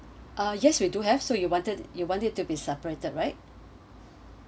ah yes we do have so you wanted you wanted to be separated right